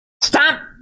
Stop